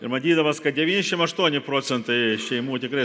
ir matydamas kad devyniasdešim aštuoni procentai šeimų tikrai